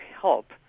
help